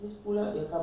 put where